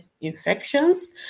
infections